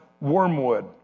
Wormwood